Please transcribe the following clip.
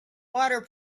water